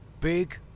Big